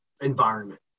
environment